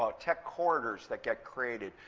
ah tech corridors that get created.